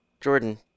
Jordan